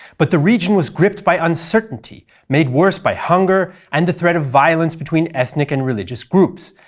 but the region was gripped by uncertainty made worse by hunger and the threat of violence between ethnic and religious groups,